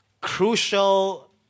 crucial